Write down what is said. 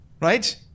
Right